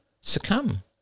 succumb